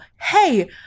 hey